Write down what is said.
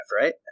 right